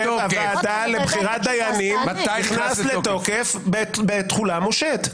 הוועדה לבחירת דיינים נכנסה לתוקף בתחולה מושהית.